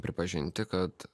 pripažinti kad